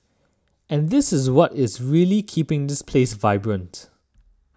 and this is what is really keeping this place vibrant